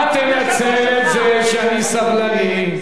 אל תנצל את זה שאני סבלני.